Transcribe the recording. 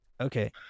Okay